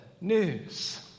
news